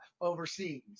overseas